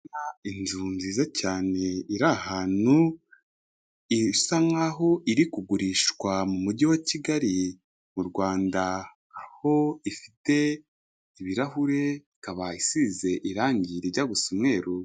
Inzu nziza cyane iri ahantu isa nkaho iri kugurishwa mu mujyi wa kigali mu Rwanda aho ifite ibirahure ikaba isize irangi rijya gusa umweru.